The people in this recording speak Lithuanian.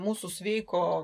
mūsų sveiko